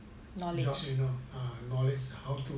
job you know ah knowledge ah how to